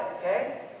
okay